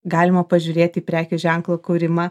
galima pažiūrėt į prekių ženklo kūrimą